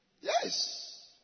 Yes